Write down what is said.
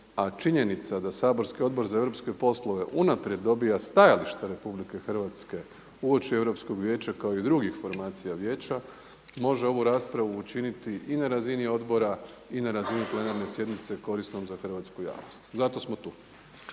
A činjenica da saborski Odbor za europske poslove unaprijed dobija stajališta Republike Hrvatske uoči Europskog vijeća kao i drugih formacija Vijeća može ovu raspravu učiniti i na razini Odbora i na razini plenarne sjednice korisnom za hrvatsku javnost. Zato smo tu.